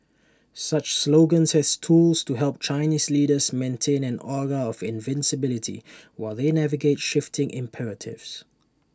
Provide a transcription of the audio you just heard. such slogans as tools to help Chinese leaders maintain an aura of invincibility while they navigate shifting imperatives